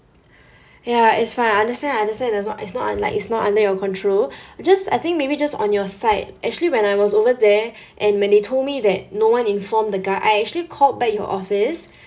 ya it's fine I understand I understand as not as not like it's not under your control just I think maybe just on your side actually when I was over there and when they told me that no one informed the guy I actually called back your office